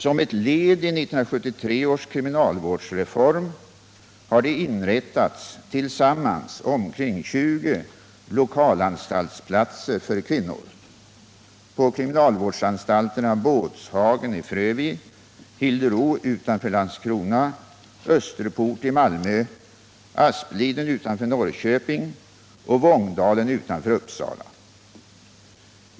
Som ett led i 1973 års kriminalvårdsreform har det inrättats tillsammans omkring 20 lokalanstaltsplatser för kvinnor på kriminalvårdsanstalterna Båtshagen i Frövi, Hildero utanför Landskrona, Österport i Malmö, Aspliden utanför Norrköping och Vångdalen utanför Uppsala.